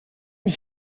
and